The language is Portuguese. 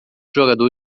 jogador